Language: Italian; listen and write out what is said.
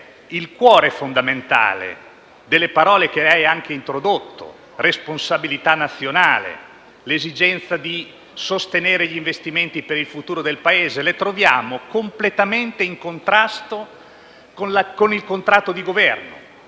il cuore fondamentale delle parole che lei ha anche introdotto, Ministro (responsabilità nazionale, esigenza di sostenere gli investimenti per il futuro del Paese) è a nostro avviso completamente in contrasto con il contratto di Governo;